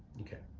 okay.